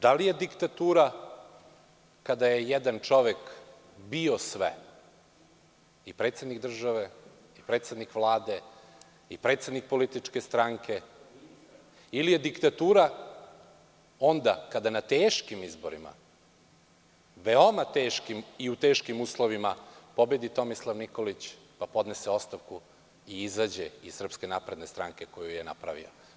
Da li je diktatura kada je jedan čovek bio sve, i predsednik države, i predsednik Vlade, i predsednik političke stranke, ili je diktatura onda kada na teškim izborima, veoma teškim, i u teškim uslovima pobedi Tomislav Nikolić, pa podnese ostavku i izađe iz SNS koju je napravio?